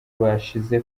bashize